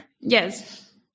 Yes